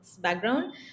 background